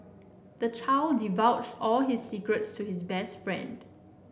the child divulged all his secrets to his best friend